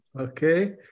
Okay